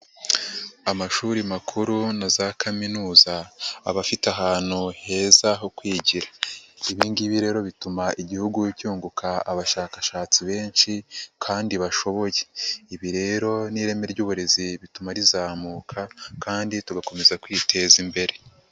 Amashuri makuru na za kaminuza aba afite ahantu heza ho kwigira, ibi ngibi rero bituma igihugu cyunguka abashakashatsi benshi kandi bashoboye, ibi rero n'ireme ry'uburezi bituma rizamuka kandi tugakomeza kwiteza imbere.